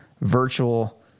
virtual